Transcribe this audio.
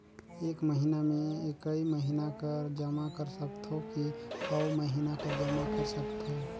एक महीना मे एकई महीना कर जमा कर सकथव कि अउ महीना कर जमा कर सकथव?